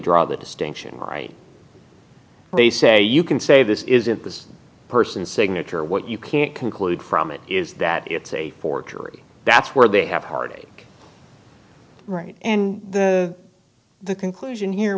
draw the distinction right they say you can say this is it this person signature what you can't conclude from it is that it's a forgery that's where they have heartache right and the conclusion here